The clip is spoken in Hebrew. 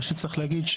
מה שצריך להגיד,